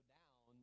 down